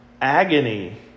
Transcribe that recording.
Agony